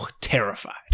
terrified